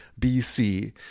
BC